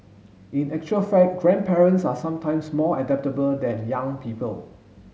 in actual fact grandparents are sometimes more adaptable than young people